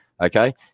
okay